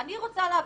אני רוצה להבין,